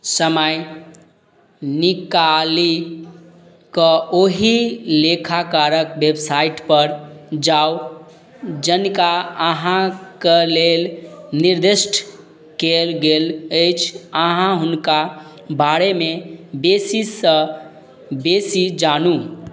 समय निकालि कऽ ओहि लेखाकारक बेबसाइट पर जाउ जनिका अहाँ कऽ लेल निर्दिष्ट कएल गेल अछि आ हुनका बारेमे बेसीसँ बेसी जानू